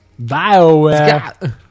BioWare